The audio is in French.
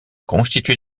constituée